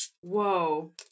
Whoa